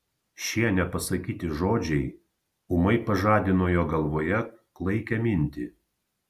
šie nepasakyti žodžiai ūmai pažadino jo galvoje klaikią mintį